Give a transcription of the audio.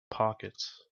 pockets